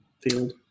field